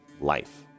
life